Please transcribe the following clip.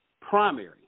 primary